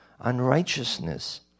unrighteousness